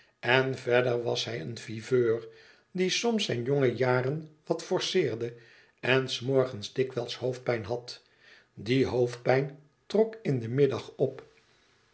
en verder was hij een viveur die soms zijn jonge jaren wat forceerde en s morgens dikwijls hoofdpijn had die hoofdpijn trok in den middag op